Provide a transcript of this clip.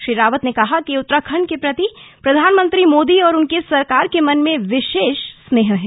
श्री रावत ने कहा कि उत्तराखण्ड के प्रति प्रधानमंत्री मोदी और उनकी सरकार के मन में विशेष स्नेह है